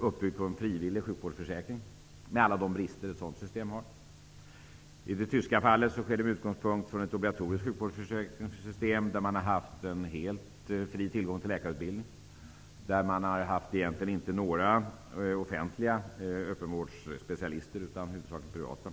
uppbyggda på en frivillig sjukvårdsförsäkring med alla de brister ett sådant system har. Så var t.ex. fallet i Förenta staterna. I Tyskland skedde det med utgångspunkt från ett obligatoriskt sjukvårdsförsäkringssystem där man har haft helt fri tillgång till läkarutbildning. Man har egentligen inte haft några offentliga specialister på öppenvård, utan de har huvudsakligen varit privata.